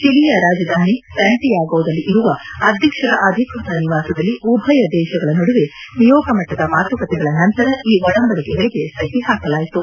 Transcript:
ಚಲಿಯ ರಾಜಧಾನಿ ಸ್ಲಾಂಟಿಯಾಗೊದಲ್ಲಿ ಇರುವ ಅಧ್ಯಕ್ಷರ ಅಧಿಕೃತ ನಿವಾಸದಲ್ಲಿ ಉಭಯ ದೇಶಗಳ ನಡುವೆ ನಿಯೋಗ ಮಟ್ಟದ ಮಾತುಕತೆಗಳ ನಂತರ ಈ ಒಡಂಬಡಿಕೆಗಳಿಗೆ ಸಹಿ ಹಾಕಲಾಯಿತು